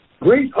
great